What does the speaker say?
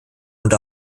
und